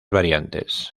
variantes